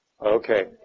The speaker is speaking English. Okay